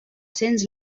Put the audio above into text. cents